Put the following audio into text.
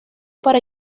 para